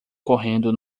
correndo